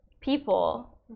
people